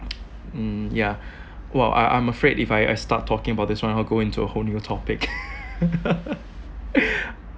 mm yeah !wow! I I'm afraid if I I start talking about this one I'll go into a whole new topic